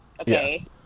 okay